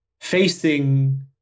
facing